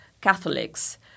Catholics